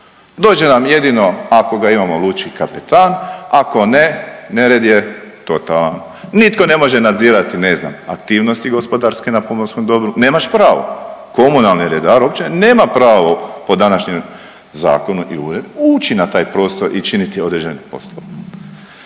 Dođe nam jedino ako ga imamo lučki kapetan, ako ne, nered je totalan. Nitko ne može nadzirati ne znam aktivnosti gospodarske na pomorskom dobru, nemaš pravo. Komunalni redar uopće nema pravo po današnjem zakonu i ući na taj prostor i činiti određene poslove.